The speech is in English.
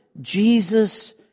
Jesus